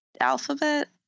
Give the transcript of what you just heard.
alphabet